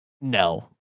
No